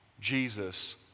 Jesus